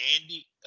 Andy